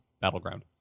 battleground